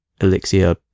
elixir